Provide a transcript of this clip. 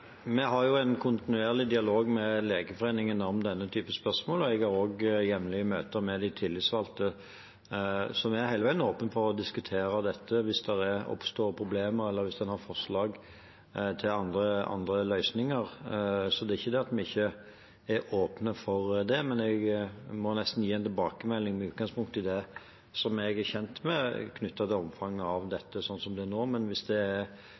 dialog med Legeforeningen om denne typen spørsmål, og jeg har også jevnlig møter med de tillitsvalgte. Vi er hele veien åpne for å diskutere dette hvis det oppstår problemer, eller hvis en har forslag til andre løsninger. Det er ikke det at vi ikke er åpne for det, men jeg må nesten gi en tilbakemelding med utgangspunkt i det jeg er kjent med, knyttet til omfanget slik det er nå. Hvis det er sånn at Legeforeningen eller de tillitsvalgte har andre synspunkter på dette, er